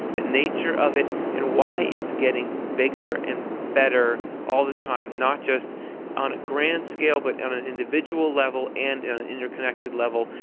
the nature of it, and why it's getting bigger and better all the time, not just on a grand scale but on an individual level and on an interconnected level.